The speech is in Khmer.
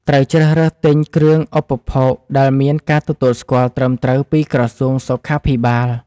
ត្រូវជ្រើសរើសទិញគ្រឿងឧបភោគដែលមានការទទួលស្គាល់ត្រឹមត្រូវពីក្រសួងសុខាភិបាល។